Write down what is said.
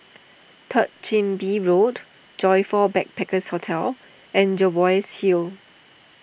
Third Chin Bee Road Joyfor Backpackers' Hotel and Jervois Hill